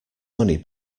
money